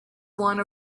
one